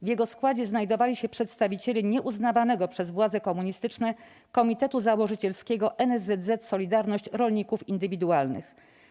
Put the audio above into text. W jego składzie znajdowali się przedstawiciele nieuznawanego przez władze komunistyczne Komitetu Założycielskiego NSZZ 'Solidarność' Rolników Indywidualnych.